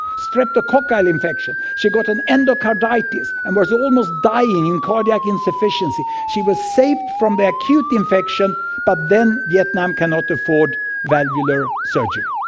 streptococci infection, she got an endocarditis and was almost dying in cardiac insufficiency. she was saved from the acute infection but then vietnam cannot afford valvular surgery.